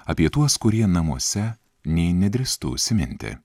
apie tuos kurie namuose nė nedrįstu užsiminti